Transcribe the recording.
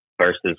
versus